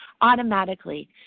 Automatically